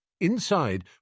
Inside